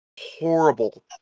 horrible